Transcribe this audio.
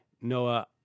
Noah